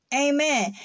Amen